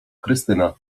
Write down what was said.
krystyna